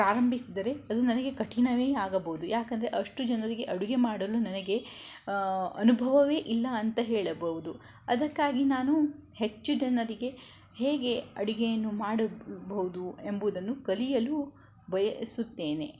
ಪ್ರಾರಂಭಿಸಿದರೆ ಅದು ನನಗೆ ಕಠಿಣವೇ ಆಗಬೌದು ಯಾಕಂದರೆ ಅಷ್ಟು ಜನರಿಗೆ ಅಡುಗೆ ಮಾಡಲು ನನಗೆ ಅನುಭವವೇ ಇಲ್ಲ ಅಂತ ಹೇಳಬೌದು ಅದಕ್ಕಾಗಿ ನಾನು ಹೆಚ್ಚು ಜನರಿಗೆ ಹೇಗೆ ಅಡುಗೆಯನ್ನು ಮಾಡಬೌದು ಎಂಬುದನ್ನು ಕಲಿಯಲು ಬಯಸುತ್ತೇನೆ